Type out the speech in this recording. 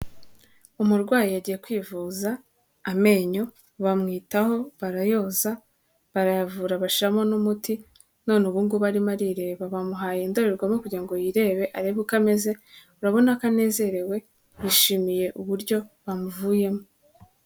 Umurwayi yagiye kwivuza amenyo bamwitaho barayoza barayavura bashyiramo n'umuti, none ubu ngubu arimo arireba, bamuhaye indorerwamo kugira ngo yirebe arebe uko ameze, urabona ko anezerewe yishimiye uburyo bamuvuyemo.